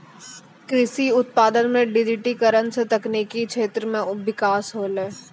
कृषि उत्पादन मे डिजिटिकरण से तकनिकी क्षेत्र मे बिकास होलै